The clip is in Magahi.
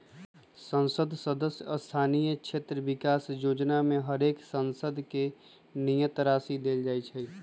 संसद सदस्य स्थानीय क्षेत्र विकास जोजना में हरेक सांसद के नियत राशि देल जाइ छइ